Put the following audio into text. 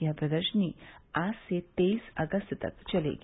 यह प्रदर्शनी आज से से तेईस अगस्त तक चलेगी